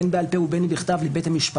בין אם בעל פה ובין אם בכתב לבית המשפט,